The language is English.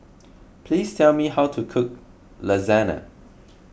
please tell me how to cook Lasagna